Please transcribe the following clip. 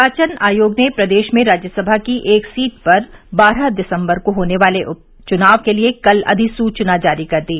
निर्वाचन आयोग ने प्रदेश में राज्यसभा की एक सीट पर बारह दिसम्बर को होने वाले चुनाव के लिये कल अधिसूचना जारी कर दी